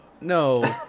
no